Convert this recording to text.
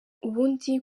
ubundi